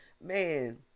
man